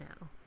now